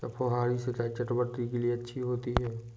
क्या फुहारी सिंचाई चटवटरी के लिए अच्छी होती है?